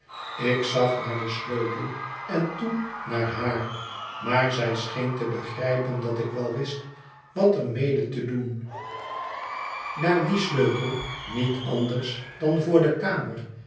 ik zag naar den sleutel en toen naar haar maar zij scheen te begrijpen dat ik wel wist wat er mede te doen daar die sleutel niet anders dan voor de kamer